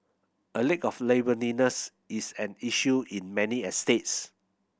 a lack of neighbourliness is an issue in many estates